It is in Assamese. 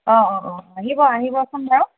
অঁ অঁ আহিব আহিবচোন বাৰু